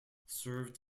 served